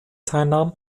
teilnahm